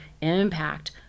impact